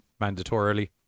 mandatorily